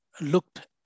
looked